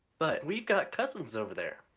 but we've got cousins over there!